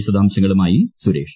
വിശദാംശങ്ങളുമായി സുരേഷ്